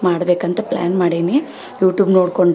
ಮಾಡಬೇಕಂತ ಪ್ಲ್ಯಾನ್ ಮಾಡೀನಿ ಯೂಟೂಬ್ ನೋಡ್ಕೊಂಡು